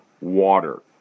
water